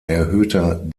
erhöhter